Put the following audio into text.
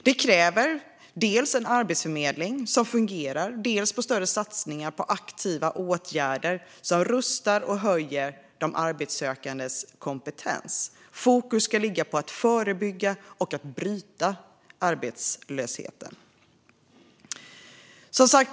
Det kräver dels en arbetsförmedling som fungerar, dels större satsningar på aktiva åtgärder som rustar och höjer de arbetssökandes kompetens. Fokus ska ligga på att förebygga och bryta arbetslösheten.